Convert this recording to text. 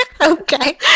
Okay